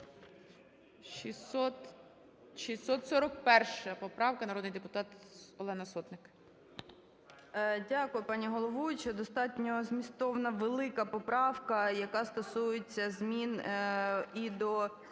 641 поправка, народний депутат Олена Сотник.